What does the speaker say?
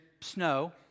snow